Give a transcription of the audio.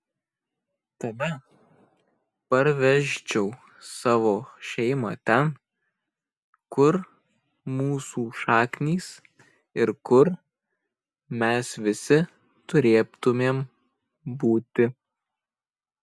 tada parvežčiau savo šeimą ten kur mūsų šaknys ir kur mes visi turėtumėm būti